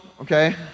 okay